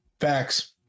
Facts